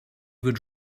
would